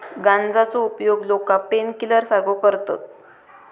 गांजाचो उपयोग लोका पेनकिलर सारखो करतत